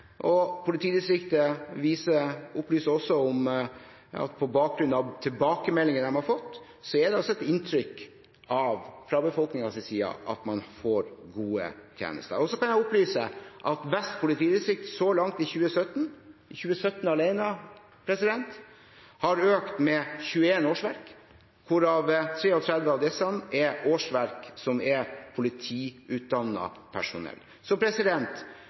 Og politidistriktet opplyser også – på bakgrunn av tilbakemeldinger de har fått – at inntrykket fra befolkningens side er at man får gode tjenester. Jeg kan opplyse at Vest politidistrikt så langt i 2017 alene har økt med 21 årsverk, hvorav 33 av disse årsverkene er politiutdannet personell. Den nye reformen og de endringene som skjer i politiet, er